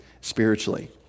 spiritually